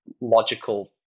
logical